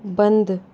बंद